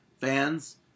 fans